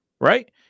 right